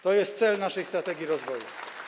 To jest cel naszej strategii rozwoju.